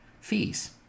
fees